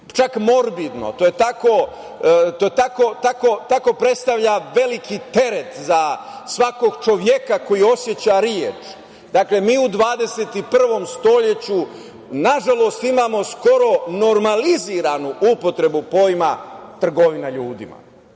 čak morbidno, to predstavlja veliki teret za svakog čoveka koji oseća reč. Dakle, mi u 21. veku, nažalost, imamo skoro normaliziranu upotrebu pojma – trgovina ljudima. Svakako